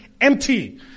empty